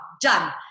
Done